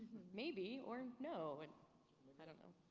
maybe or no, and i don't know.